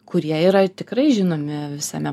kurie yra tikrai žinomi visame